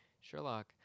Sherlock